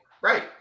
Right